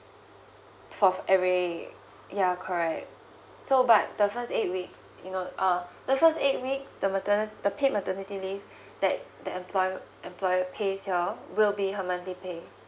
for every ya correct so but the first eight week you know uh the first eight week the matern~ the paid maternity leave that that employer employer pays you all will be her monthly pay